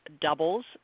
doubles